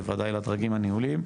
בוודאי לדרגים ניהוליים,